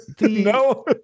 No